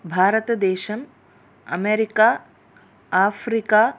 भारतदेशम् America Africa